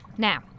Now